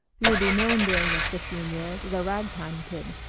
you will be known during your fifteen years as a ragtime kid,